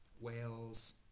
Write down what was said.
whales